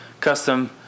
custom